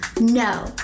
No